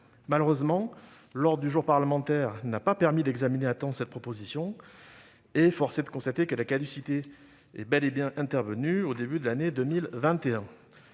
Malheureusement, l'ordre du jour parlementaire n'ayant pas permis d'examiner à temps ce texte, force est de constater que la caducité est bel et bien intervenue au début de l'année 2021.